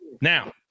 Now